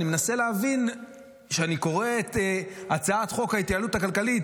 אני מנסה להבין כשאני קורא את הצעת חוק ההתייעלות הכלכלית,